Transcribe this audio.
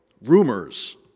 rumors